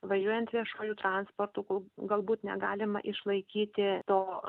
važiuojant viešuoju transportu ko galbūt negalima išlaikyti to